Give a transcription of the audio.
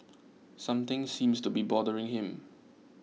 something seems to be bothering him